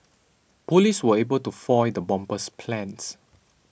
police were able to foil the bomber's plans